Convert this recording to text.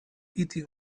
eating